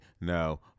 No